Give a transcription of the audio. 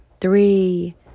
three